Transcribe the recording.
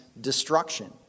destruction